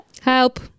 help